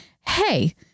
hey